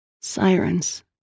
Sirens